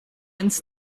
ins